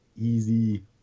easy